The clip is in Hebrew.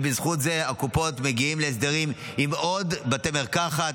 ובזכות זה הקופות מגיעות להסדרים עם עוד בתי מרקחת.